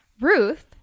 ruth